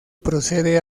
procede